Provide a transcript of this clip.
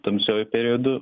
tamsiuoju periodu